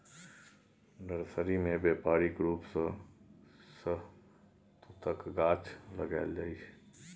nursery मे बेपारिक रुप सँ शहतुतक गाछ लगाएल जाइ छै